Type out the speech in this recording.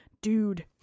dude